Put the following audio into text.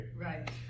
right